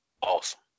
awesome